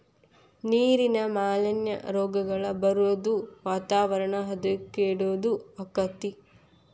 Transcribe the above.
ನೇರಿನ ಮಾಲಿನ್ಯಾ, ರೋಗಗಳ ಬರುದು ವಾತಾವರಣ ಹದಗೆಡುದು ಅಕ್ಕತಿ